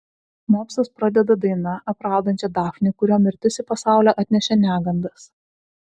mopsas pradeda daina apraudančia dafnį kurio mirtis į pasaulį atnešė negandas